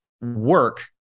work